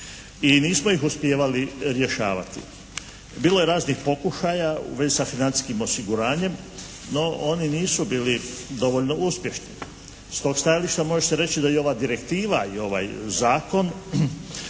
i nismo ih uspijevali rješavati. Bilo je raznih pokušaja u vezi sa financijskim osiguranjem, no oni nisu bili dovoljno uspješni. S tog stajališta može se reći da ova direktiva i ovaj zakon